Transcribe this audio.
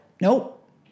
Nope